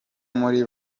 muri